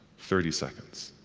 thirty seconds.